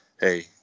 hey